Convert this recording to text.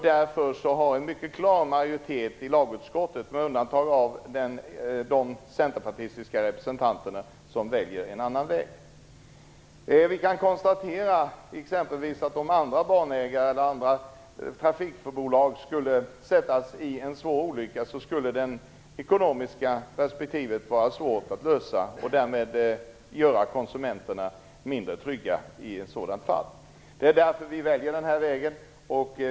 Därför har en mycket klar majoritet i lagutskottet valt den, med undantag av de centerpartistiska representanterna som väljer en annan väg. Vi kan konstatera att om andra banägare eller trafikbolag skulle råka ut för en svår olycka, skulle det ekonomiska perspektivet vara svårt att lösa. Därmed skulle konsumenterna vara mindre trygga i ett sådant fall. Det är därför vi väljer denna väg.